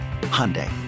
Hyundai